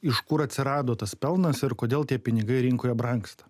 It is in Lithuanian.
iš kur atsirado tas pelnas ir kodėl tie pinigai rinkoje brangsta